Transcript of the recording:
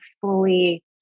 fully